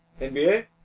NBA